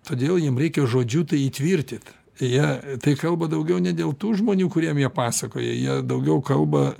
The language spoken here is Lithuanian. todėl jiem reikia žodžiu tai įtvirtint jie tai kalba daugiau ne dėl tų žmonių kuriem jie pasakoja jie daugiau kalba